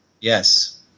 Yes